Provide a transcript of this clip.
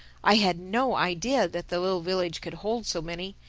i had no idea that the little village could hold so many.